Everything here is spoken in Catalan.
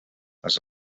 les